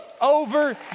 over